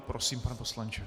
Prosím, pane poslanče.